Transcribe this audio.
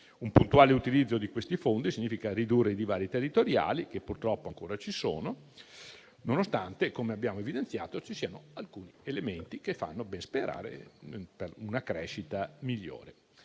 Un puntuale utilizzo di questi fondi significa ridurre i divari territoriali che purtroppo ancora ci sono, nonostante - come abbiamo evidenziato - ci siano alcuni elementi che fanno ben sperare in una crescita migliore.